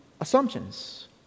assumptions